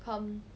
um